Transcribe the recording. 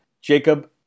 Jacob